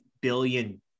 billion